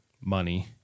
Money